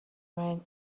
байна